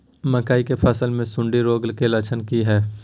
मकई के फसल मे सुंडी रोग के लक्षण की हय?